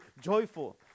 joyful